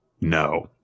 no